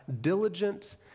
diligent